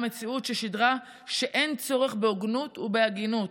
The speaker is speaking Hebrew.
מציאות ששידרה שאין צורך בהוגנות ובהגינות,